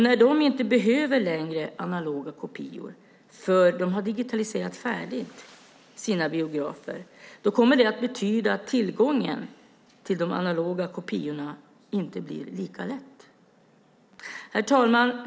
När de inte längre behöver analoga kopior för att de har digitaliserat färdigt sina biografer kommer det att betyda att tillgången till de analoga kopiorna inte blir lika god. Herr talman!